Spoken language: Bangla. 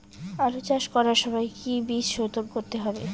আলু চাষ করার সময় কি বীজ শোধন করতে হবে?